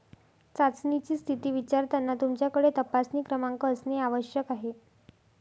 चाचणीची स्थिती विचारताना तुमच्याकडे तपासणी क्रमांक असणे आवश्यक आहे